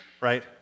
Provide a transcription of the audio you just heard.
right